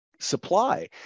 supply